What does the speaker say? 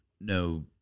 no